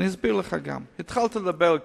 אני אגיד לך כמה דברים.